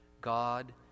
God